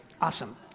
Awesome